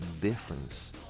difference